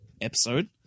episode